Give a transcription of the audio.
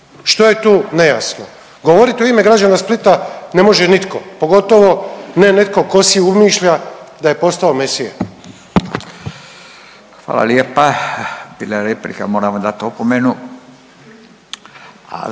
Što je tu nejasno? Govoriti u ime građana Splita ne može nitko, pogotovo ne netko tko si umišlja da je postao Mesija. **Radin, Furio (Nezavisni)** Hvala lijepa. Bila je replika, moram vam dati opomenu,